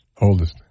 Oldest